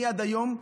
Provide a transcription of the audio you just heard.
אני עד היום,